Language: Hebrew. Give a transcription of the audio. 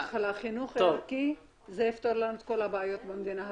החינוך יפתור לנו את כל הבעיות במדינה,